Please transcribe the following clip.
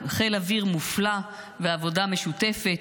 חיל אוויר מופלא ועבודה משותפת,